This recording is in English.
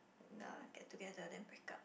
ya get together then break up